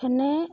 ᱮᱱᱮ